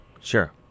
Sure